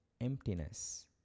emptiness